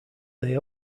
they